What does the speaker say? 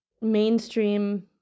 mainstream